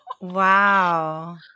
Wow